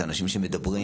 את האנשים שמדברים,